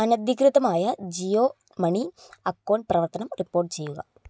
അനധികൃതമായ Jio money account പ്രവർത്തനം report ചെയ്യുക